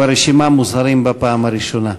שברשימה מוזהרים בפעם הראשונה.